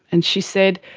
and she said,